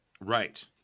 right